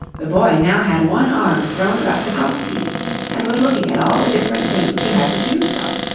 the boy now had one arm thrown about the crosspiece and was looking at all the different things he had to choose from.